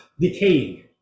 decaying